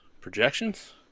projections